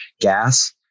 gas